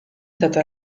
stato